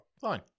fine